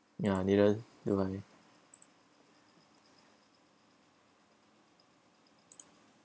ya neither do I